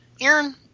Aaron